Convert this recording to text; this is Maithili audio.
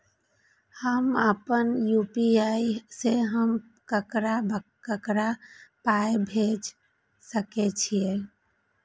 हम आपन यू.पी.आई से हम ककरा ककरा पाय भेज सकै छीयै?